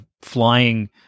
flying